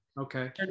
okay